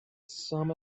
some